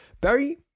Barry